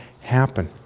happen